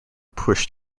push